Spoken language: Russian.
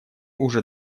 уже